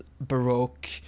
baroque